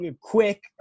quick